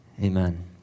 Amen